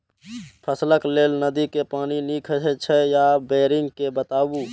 फसलक लेल नदी के पानी नीक हे छै या बोरिंग के बताऊ?